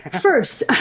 First